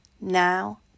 now